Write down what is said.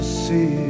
see